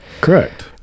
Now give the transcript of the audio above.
Correct